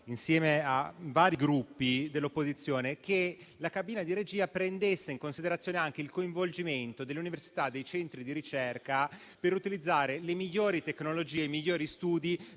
Insieme a vari Gruppi dell'opposizione, chiedevamo che la cabina di regia prendesse in considerazione anche il coinvolgimento delle università e dei centri di ricerca per utilizzare le migliori tecnologie e i migliori studi